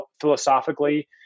philosophically